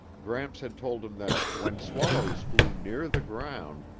gramps had told him that, when swallows flew near the ground,